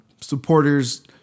supporters